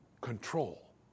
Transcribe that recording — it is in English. Control